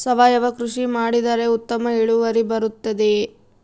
ಸಾವಯುವ ಕೃಷಿ ಮಾಡಿದರೆ ಉತ್ತಮ ಇಳುವರಿ ಬರುತ್ತದೆಯೇ?